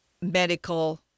medical